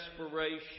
desperation